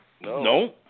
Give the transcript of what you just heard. No